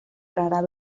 rara